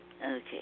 Okay